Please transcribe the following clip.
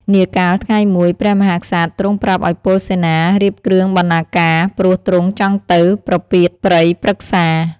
នាកាលថ្ងៃមួយ ព្រះមហាក្សត្រទ្រង់ប្រាប់ឱ្យពលសេនារៀបគ្រឿងបណ្ណាការ ព្រោះទ្រង់ចង់ទៅប្រពាតព្រៃព្រឹក្សា។